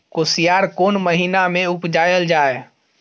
कोसयार कोन महिना मे उपजायल जाय?